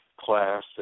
class